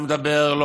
לא מדבר,